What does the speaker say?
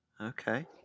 Okay